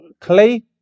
clay